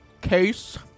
case